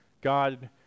God